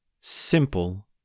simple